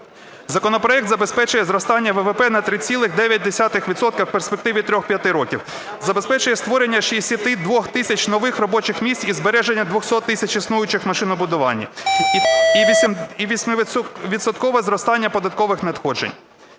Законопроект забезпечує зростання ВВП на 3,9 відсотка в перспективі 3-5 років, забезпечує створення 62 тисяч нових робочих місць і збереження 200 тисяч існуючих у машинобудуванні і 8-відсоткове зростання податкових надходжень.